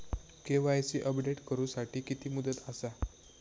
KYC update करू साठी किती मुदत आसा?